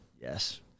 Yes